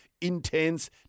intense